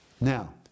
Now